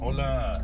Hola